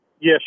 Yes